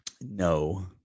No